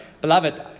beloved